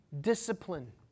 discipline